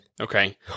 Okay